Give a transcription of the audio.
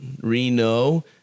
Reno